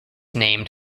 named